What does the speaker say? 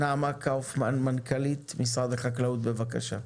נעמה קאופמן, מנכ"לית משרד החקלאות, בבקשה.